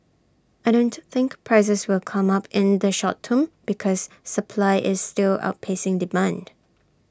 I don't think prices will come up in the short term because supply is still outpacing demand